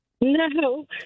No